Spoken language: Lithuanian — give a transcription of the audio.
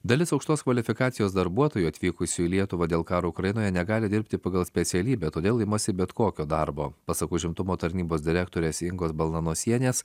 dalis aukštos kvalifikacijos darbuotojų atvykusių į lietuvą dėl karo ukrainoje negali dirbti pagal specialybę todėl imasi bet kokio darbo pasak užimtumo tarnybos direktorės ingos balnanosienės